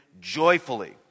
joyfully